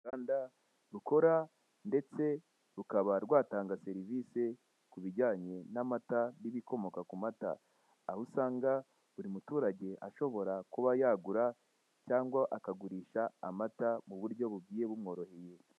Uruganda rukora ndetse rukaba rwatanga serivise ku bijyanye n'amata n'ibikomoka ku mata, aho usanga buri muturage ashobora kuba yagura cyangwa akagurisha amata mu buryo bugiye bumworoheye.